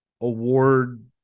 award